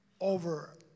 over